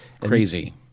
Crazy